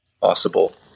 possible